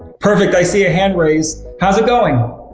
perfect, i see a hand raised. how's it going?